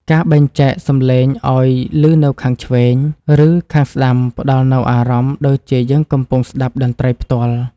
ការបែងចែកសំឡេងឱ្យឮនៅខាងឆ្វេង ឬ ខាងស្ដាំផ្ដល់នូវអារម្មណ៍ដូចជាយើងកំពុងស្ដាប់តន្ត្រីផ្ទាល់។